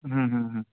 হুম হুম হুম